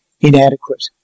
inadequate